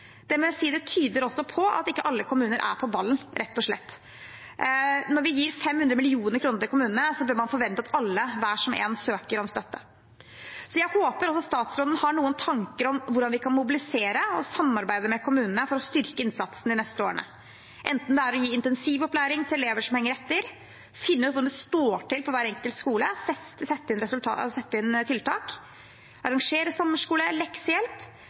må jeg si også tyder på at ikke alle kommuner er på ballen, rett og slett. Når vi gir 500 mill. kr til kommunene, bør man forvente at alle, hver og en, søker om støtte. Jeg håper også statsråden har noen tanker om hvordan vi kan mobilisere og samarbeide med kommunene for å styrke innsatsen de neste årene, enten det er å gi intensivopplæring til elever som henger etter, finne ut hvordan det står til på hver enkelt skole, sette inn tiltak, arrangere sommerskole og leksehjelp, kanskje gi innføringsfag for elever på videregående skole